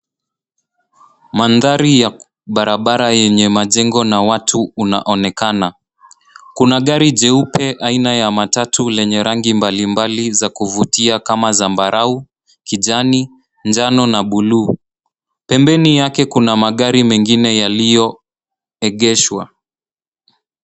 Mandhari ya barabara yenye majengo na watu unaonekana. Kuna gari jeupe aina ya matatu lenye rangi mbalimbali za kuvutia kama zambarau, kijani, njano na buluu. Pembeni yake kuna magari mengine yaliyoegeshwa.